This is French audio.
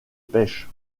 pêche